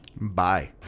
Bye